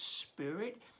Spirit